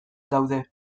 daude